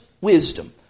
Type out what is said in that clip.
wisdom